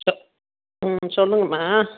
ம் சொல்லுங்கம்மா